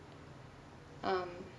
um